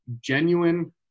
genuine